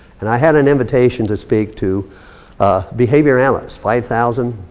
and i had an invitation to speak to behavior analysts. five thousand,